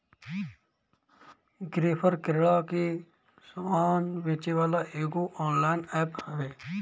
Grofer किरणा के सामान बेचेवाला एगो ऑनलाइन एप्प हवे